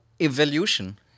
evolution